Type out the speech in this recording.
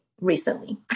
recently